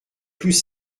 plus